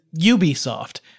Ubisoft